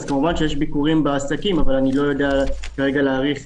יש כמובן ביקורים בעסקים אבל אני לא יכול להעריך כרגע